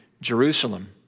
Jerusalem